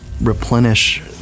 replenish